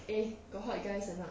eh got hot guys or not